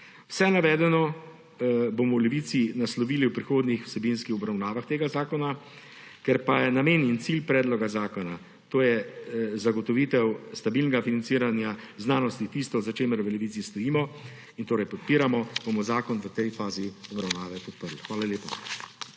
Vse navedeno bomo v Levici naslovili v prihodnjih vsebinskih obravnavah tega zakona. Ker pa je namen in cilj predloga zakona, to je zagotovitev stabilnega financiranja znanosti tisto, za čimer v Levici stojimo in torej podpiramo, bomo zakon v tej fazi obravnave podprli. Hvala lepa.